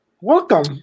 Welcome